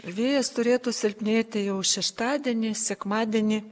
vėjas turėtų silpnėti jau šeštadienį sekmadienį